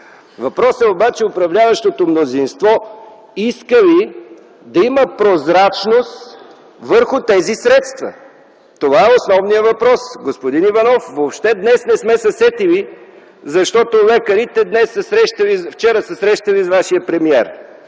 Въпросът е обаче управляващото мнозинство иска ли да има прозрачност върху тези средства? Това е основният въпрос. Господин Иванов, въобще не сме се сетили днес, защото лекарите вчера се срещали с вашия премиер.